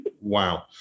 Wow